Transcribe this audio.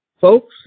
Folks